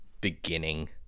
beginning